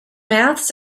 maths